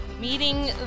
meeting